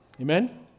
Amen